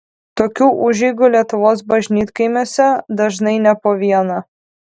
tokių užeigų lietuvos bažnytkaimiuose dažnai ne po vieną